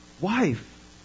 wife